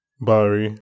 Barry